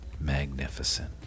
magnificent